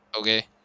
okay